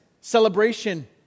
celebration